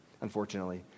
unfortunately